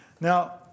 Now